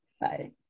Bye